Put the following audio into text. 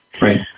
Right